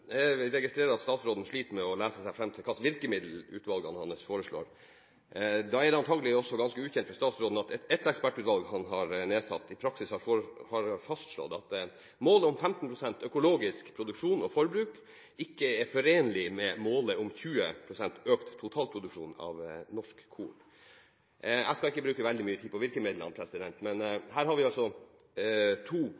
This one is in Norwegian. Jeg registrerer at statsråden sliter med å lese seg fram til hva slags virkemidler utvalgene hans foreslår. Da er det antakelig også ganske ukjent for statsråden at ett ekspertutvalg han har nedsatt, i praksis har fastslått at målet om 15 pst. økologisk produksjon og forbruk ikke er forenlig med målet om 20 pst. økt totalproduksjon av norsk korn. Jeg skal ikke bruke mye tid på virkemidlene, men